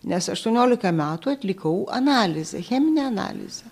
nes aštuoniolika metų atlikau analizę cheminę analizę